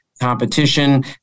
competition